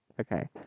Okay